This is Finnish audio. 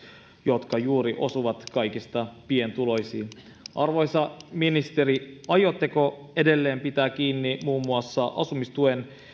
jotka osuvat juuri kaikista pienempituloisiin arvoisa ministeri aiotteko edelleen pitää kiinni muun muassa asumistuen